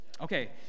Okay